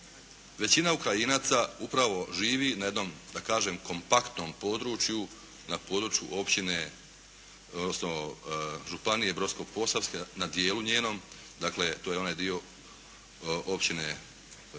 Većina Ukrajinaca upravo živi na jednom da kažem kompaktnom području na području općine odnosno županije Brodsko-Posavske na dijelu njenom. Dakle to je onaj dio općine Debrina,